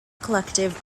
collective